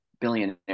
billionaire